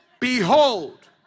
Behold